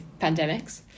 pandemics